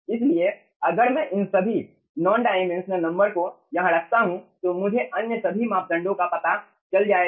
इसलिए अगर मैं इन सभी नॉन डाइमेंशनल नंबर को यहां रखता हूं तो मुझे अन्य सभी मापदंडों का पता चल जाएगा